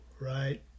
right